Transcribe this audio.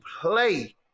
play